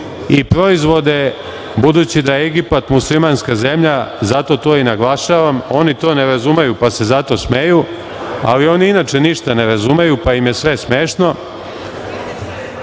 i proizvode, budući da je Egipat muslimanska zemlja, zato to i naglašavam, oni to ne razumeju pa se zato smeju, ali oni inače ništa ne razumeju, pa im je sve smešno…Smeju